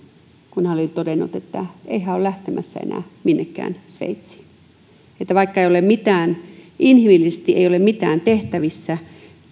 kun hän oli todennut että ei hän ole lähtemässä enää minnekään sveitsiin että vaikka ei ole mitään inhimillisesti tehtävissä